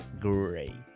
great